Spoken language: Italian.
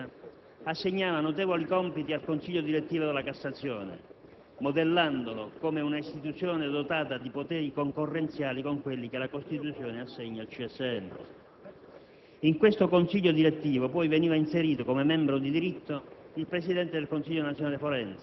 L'iniziale riforma dell'ordinamento giudiziario, varata nella precedente legislatura, assegnava notevoli compiti al consiglio direttivo della Cassazione, modellandolo come istituzione dotata di poteri concorrenziali con quelli che la Costituzione assegna al CSM.